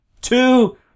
two